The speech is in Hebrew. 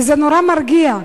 כי זה נורא מרגיע.